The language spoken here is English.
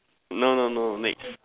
no no no next